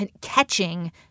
catching